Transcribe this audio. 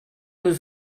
deux